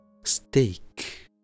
steak